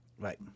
Right